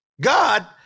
God